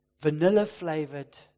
vanilla-flavored